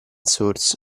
source